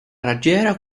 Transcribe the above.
raggiera